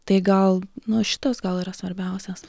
tai gal nu šitas gal yra svarbiausias